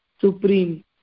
supreme